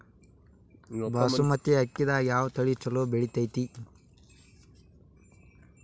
ಬಾಸುಮತಿ ಅಕ್ಕಿದಾಗ ಯಾವ ತಳಿ ಛಲೋ ಬೆಳಿತೈತಿ?